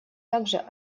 также